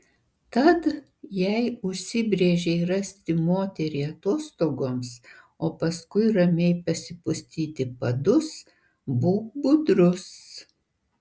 tad jei užsibrėžei rasti moterį atostogoms o paskui ramiai pasipustyti padus būk budrus